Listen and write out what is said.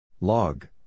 Log